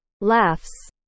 laughs